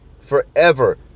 forever